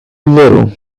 little